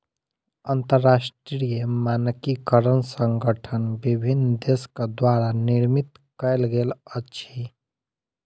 अंतरराष्ट्रीय मानकीकरण संगठन विभिन्न देसक द्वारा निर्मित कयल गेल अछि